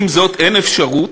עם זאת, אין אפשרות,